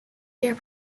here